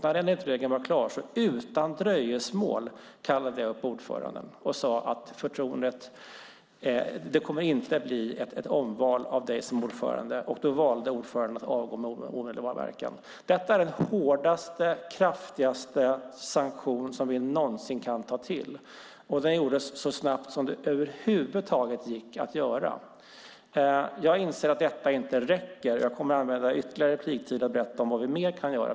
När den utredningen var klar kallade jag utan dröjsmål upp ordföranden och sade att det inte kommer att ske något omval av honom som ordförande. Då valde ordföranden att avgå med omedelbar verkan. Detta är den hårdaste och kraftigaste sanktion som vi någonsin kan ta till. Det gjordes så snabbt som det över huvud taget var möjligt. Jag inser att detta inte räcker, och jag kommer att använda ytterligare repliktid åt att berätta vad vi mer kan göra.